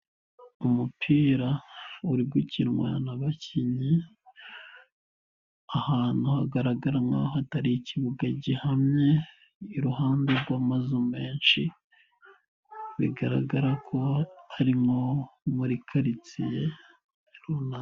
Umupira uri gukinwa n'abakinnyi ahantu hagaragara nkaho atari ikibuga gihamye iruhande rw'amazu menshi bigaragara ko harimo nko muri karitsiye runaka.